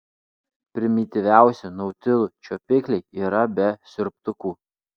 primityviausių nautilų čiuopikliai yra be siurbtukų